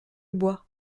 bois